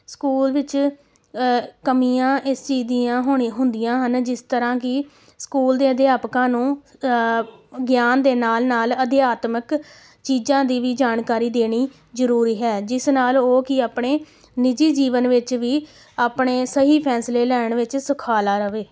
school ਵਿੱਚ ਕਮੀਆਂ ਇਸ ਚੀਜ਼ ਦੀਆਂ ਹੋਣੀ ਹੁੰਦੀਆਂ ਹਨ ਜਿਸ ਤਰ੍ਹਾਂ ਕਿ ਸਕੂਲ ਦੇ ਅਧਿਆਪਕਾਂ ਨੂੰ ਗਿਆਨ ਦੇ ਨਾਲ ਨਾਲ ਅਧਿਆਤਮਕ ਚੀਜ਼ਾਂ ਦੀ ਵੀ ਜਾਣਕਾਰੀ ਦੇਣੀ ਜ਼ਰੂਰੀ ਹੈ ਜਿਸ ਨਾਲ ਉਹ ਕਿ ਆਪਣੇ ਨਿੱਜੀ ਜੀਵਨ ਵਿੱਚ ਵੀ ਆਪਣੇ ਸਹੀ ਫੈਸਲੇ ਲੈਣ ਵਿੱਚ ਸੁਖਾਲਾ ਰਵੇ